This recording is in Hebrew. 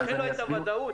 לכן לא הייתה ודאות.